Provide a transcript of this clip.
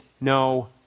no